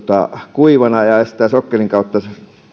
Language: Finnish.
kuivana ja estävät sokkelin kautta